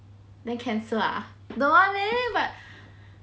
then cancel ah don't want leh but